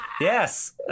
Yes